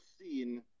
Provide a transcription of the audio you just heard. seen